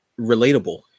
relatable